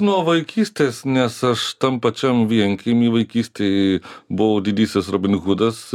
nuo vaikystės nes aš tam pačiam vienkiemy vaikystėj buvau didysis robin hudas